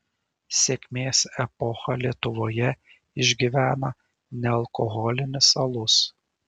sėkmės epochą lietuvoje išgyvena nealkoholinis alus